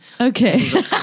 Okay